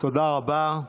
תודה רבה.